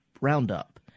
Roundup